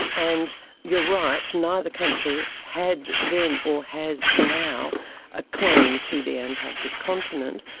and you're right, neither country had then or has now ah claim to the antarctic continent,